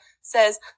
says